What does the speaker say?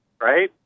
Right